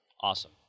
awesome